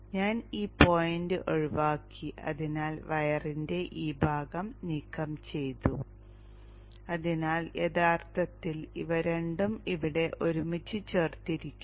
ഞാൻ ഈ പോയിന്റ് ഒഴിവാക്കി അതിനാൽ വയറിന്റെ ഈ ഭാഗം നീക്കം ചെയ്തു അതിനാൽ യഥാർത്ഥത്തിൽ ഇവ രണ്ടും ഇവിടെ ഒരുമിച്ച് ചേർത്തിരിക്കുന്നു